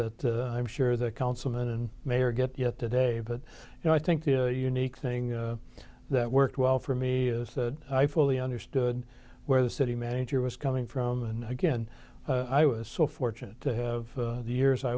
that i'm sure the councilman and mayor get yet today but you know i think the unique thing that worked well for me is that i fully understood where the city manager was coming from and again i was so fortunate to have the years i